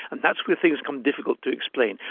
and that's where things become difficult to explain.